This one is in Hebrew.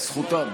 זכותם.